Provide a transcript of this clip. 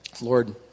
Lord